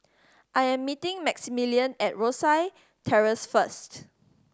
I am meeting Maximillian at Rosyth Terrace first